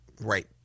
right